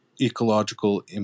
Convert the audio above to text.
ecological